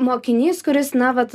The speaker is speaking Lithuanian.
mokinys kuris na vat